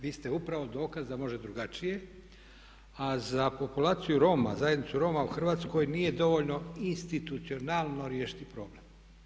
Vi ste upravo dokaz da može drugačije, a za populaciju Roma, zajednicu Roma u Hrvatskoj nije dovoljno institucionalno riješiti problem.